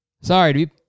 Sorry